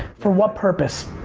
for what purpose?